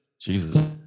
Jesus